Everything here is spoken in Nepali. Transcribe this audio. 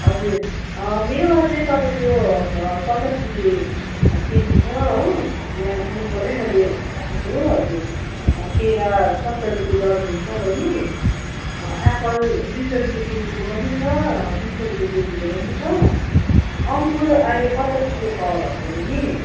हजुर मेवा चाहिँ तपाईँको पचास रुपियाँ केजी छ हो यहाँ लोकलै मैले राखेको हो हजुर केरा सत्तर रुपियाँ दर्जन छ बहिनी एप्पल दुई सय रुपियाँ केजीको पनि छ तिन सौ रुपियाँ केजीको पनि छ अङ्गुर अहिले पचास रुपियाँ पावा भएको छ बहिनी